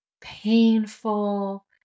painful